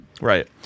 Right